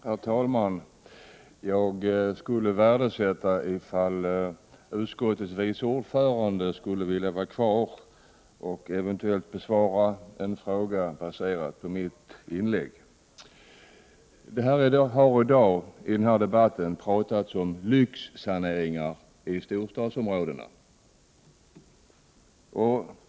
Herr talman! Jag skulle värdesätta ifall bostadsutskottets vice ordförande ville vara kvar och eventuellt besvara en fråga som jag avser att ställa i mitt inlägg. I den här debatten har det pratats om lyxsaneringar i storstadsområdena.